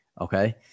okay